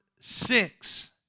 six